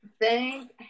thank